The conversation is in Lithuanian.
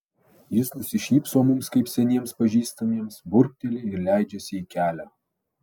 jis nusišypso mums kaip seniems pažįstamiems burbteli ir leidžiasi į kelią